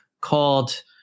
called